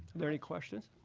there any questions?